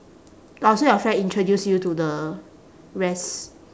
orh so your friend introduce you to the rest